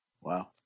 Wow